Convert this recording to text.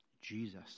Jesus